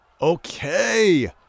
Okay